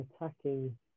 attacking